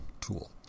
tool